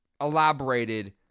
elaborated